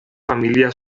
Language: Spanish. familia